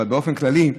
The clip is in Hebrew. אבל באופן כללי,